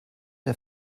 der